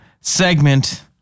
Segment